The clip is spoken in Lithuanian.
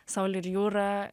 saulė ir jūra